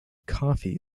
coffee